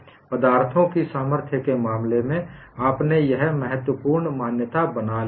पदार्थों की सामर्थ्य के मामले में आपने यह महत्वपूर्ण मान्यता बना ली है